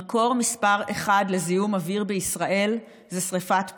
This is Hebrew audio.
המקור מס' אחת לזיהום אוויר בישראל זה שרפת פסולת,